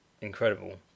incredible